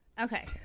Okay